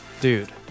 Dude